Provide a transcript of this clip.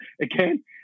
again